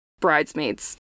bridesmaids